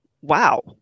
wow